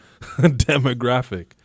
demographic